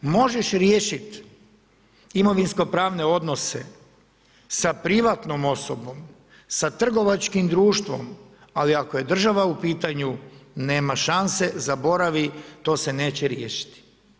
Možeš riješiti imovinsko-pravne odnose sa privatnom osobom, sa trgovačkim društvom, ali ako je država u pitanju nema šanse, zaboravi to se neće riješiti.